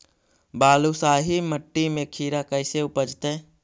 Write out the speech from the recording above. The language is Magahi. बालुसाहि मट्टी में खिरा कैसे उपजतै?